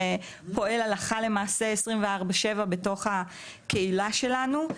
זה פועל הלכה למעשה תמיד בתוך הקהילה שלנו.